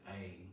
hey